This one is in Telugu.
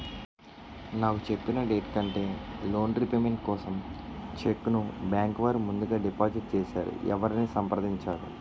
నాకు చెప్పిన డేట్ కంటే లోన్ రీపేమెంట్ కోసం చెక్ ను బ్యాంకు వారు ముందుగా డిపాజిట్ చేసారు ఎవరిని సంప్రదించాలి?